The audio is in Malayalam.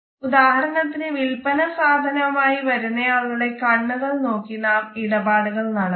ഉദാഹരണത്തിന് വിൽപന സാധനവുമായി വരുന്നയാളുടെ കണ്ണുകൾ നോക്കി നാം ഇടപാടുകൾ നടത്തുന്നു